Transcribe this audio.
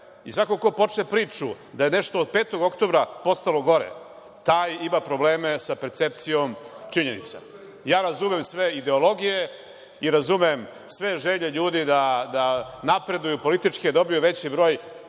i svako ko počne priču da je nešto od 5. oktobra postalo gore, taj ima probleme sa percepcijom činjenica. Razumem sve ideologije i razumem sve želje ljudi da napreduju politički, da dobiju veći broj